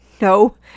No